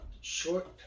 short